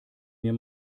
mir